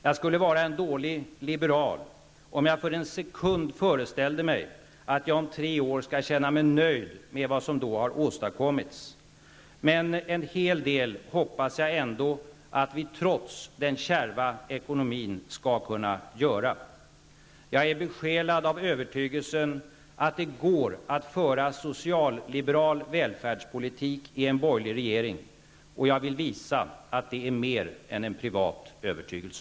Jag skulle vara en dålig liberal om jag för en sekund föreställde mig att jag om tre år skulle känna mig nöjd med det som då har åstadkommits. Men en hel del hoppas jag ändå att vi, trots den kärva ekonomin, skall kunna göra. Jag är besjälad av övertygelsen att det går att föra socialliberal välfärdspolitik i en borgerlig regering och jag vill visa att det är mer än en privat övertygelse.